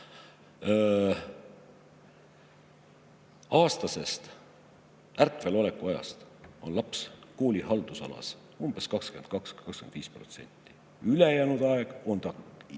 aastasest ärkveloleku ajast on laps kooli haldusalas 22–25%, ülejäänud aeg on ta